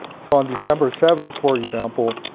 so on december seven, for example,